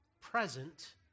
present